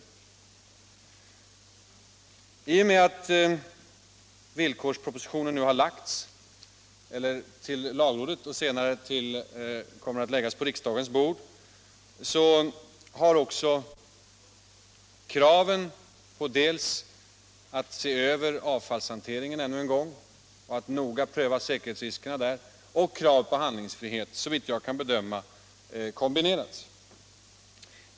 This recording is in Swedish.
I och med att villkorspropositionen nu har lämnats till lagrådet, för att senare läggas på riksdagens bord, Nr 45 har också, såvitt jag kan bedöma, kravet på att se över avfallshanteringen Tisdagen den och att noga pröva säkerhetsriskerna därvidlag samt kravet på hand 14 december 1976 lingsfrihet kombinerats.